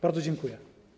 Bardzo dziękuję.